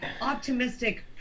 optimistic